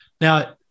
Now